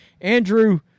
Andrew